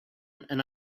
and